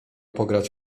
pograć